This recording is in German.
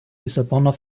lissabonner